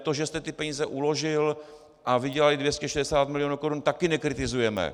To, že jste ty peníze uložil a vydělaly 260 milionů korun, taky nekritizujeme.